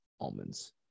almonds